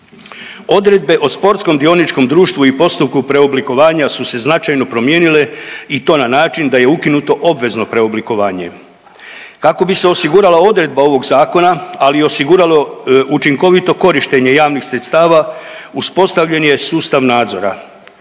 Odredbe o sportskom dioničkom društvu i postupku preoblikovanja su se značajno promijenile i to na način da je ukinuto obvezno preoblikovanje. Kako bi se osigurala odredba ovog zakona, ali i osiguralo učinkovito korištenje javnih sredstava uspostavljen je sustav nadzora,